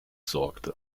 sorgte